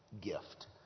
gift